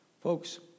Folks